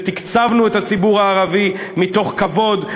ותקצבנו את הציבור הערבי מתוך כבוד,